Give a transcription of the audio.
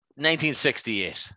1968